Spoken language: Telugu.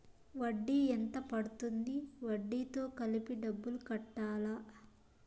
వడ్డీ ఎంత పడ్తుంది? వడ్డీ తో కలిపి డబ్బులు కట్టాలా?